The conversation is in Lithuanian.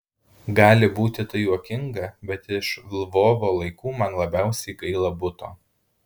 gali būti tai juokinga bet iš lvovo laikų man labiausiai gaila buto